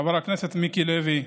חבר הכנסת מיקי לוי,